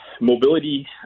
mobility